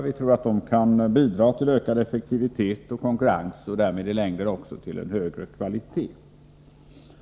Vi tror att de kan bidra till ökad effektivitet och konkurrens och därmed i längden också till en högre kvalitet.